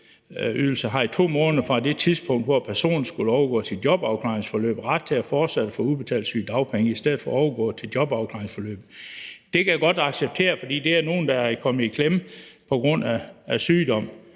har i 2 måneder fra det tidspunkt, hvor personen skulle overgå til jobafklaringsforløbet, ret til fortsat at få udbetalt sygedagpenge i stedet for at overgå til jobafklaringsforløbet.« Det kan jeg godt acceptere, fordi det er nogle, der er kommet i klemme på grund af sygdom.